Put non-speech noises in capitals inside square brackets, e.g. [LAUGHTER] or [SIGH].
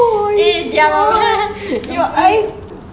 eh diam lah [LAUGHS]